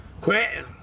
Quit